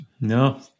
No